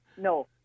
No